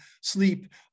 sleep